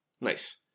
Nice